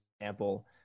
example